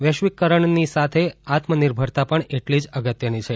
વૈશ્વિકરણની સાથે આત્મનિર્ભરતા પણ એટલી જ અગત્યની છે